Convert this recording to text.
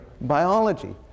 biology